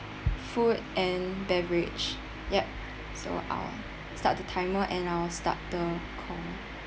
food and beverage ya so I'll start the timer and I will start the call